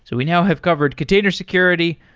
so we now have covered container security,